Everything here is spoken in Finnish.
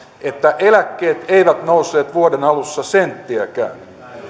että eläkkeet eivät nousseet vuoden alussa senttiäkään